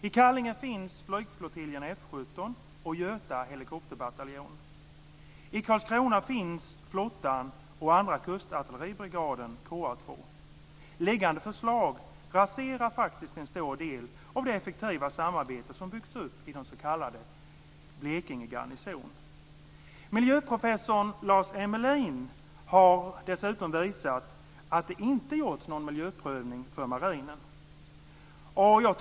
I Kallinge finns flygflottiljen F 17 och Göta helikopterbataljon. I Karlskrona finns flottan och andra kustartilleribrigaden, KA 2. Liggande förslag raserar en stor del av det effektiva samarbete som byggts upp i den s.k. Miljöprofessorn Lars Emmelin har dessutom visat att det inte har gjorts någon miljöprövning för marinen.